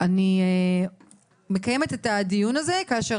אני מקיימת את הדיון הזה כאשר